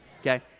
Okay